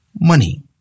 Money